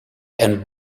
and